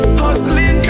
hustling